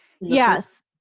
Yes